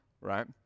right